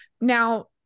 Now